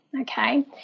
okay